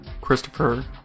Christopher